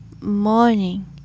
morning